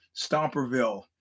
stomperville